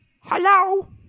Hello